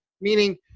Meaning